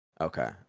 Okay